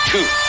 Two